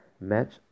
match